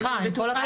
סליחה עם כל הכבוד.